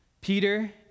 Peter